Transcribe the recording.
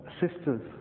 sisters